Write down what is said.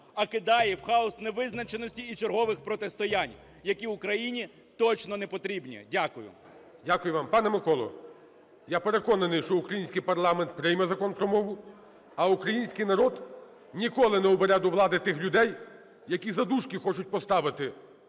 а кидає в хаос невизначеності і чергових протистоянь, які Україні точно не потрібні. Дякую. ГОЛОВУЮЧИЙ. Дякую вам. Пане Миколо, я переконаний, що український парламент прийме Закон про мову, а український народ ніколи не обере до влади тих людей, які за дужки хочуть поставити